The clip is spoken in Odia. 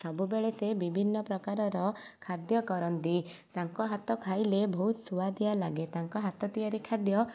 ସବୁବେଳେ ସେ ବିଭିନ୍ନ ପ୍ରକାରର ଖାଦ୍ୟ କରନ୍ତି ତାଙ୍କ ହାତ ଖାଇଲେ ବହୁତ ସୁଆଦିଆ ଲାଗେ ତାଙ୍କ ହାତ ତିଆରି ଖାଦ୍ୟ